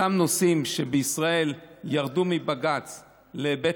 אותם נושאים שבישראל ירדו מבג"ץ לבית